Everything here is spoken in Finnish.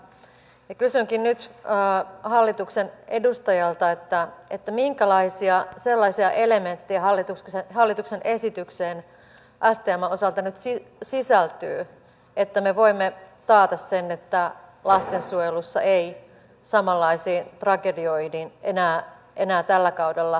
kysynkin nyt hallituksen edustajalta minkälaisia sellaisia elementtejä hallituksen esitykseen stmn osalta nyt sisältyy että me voimme taata sen että lastensuojelussa ei samanlaisiin tragedioihin enää tällä kaudella törmätä